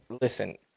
Listen